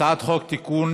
הצעת חוק לתיקון